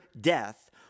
death